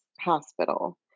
hospital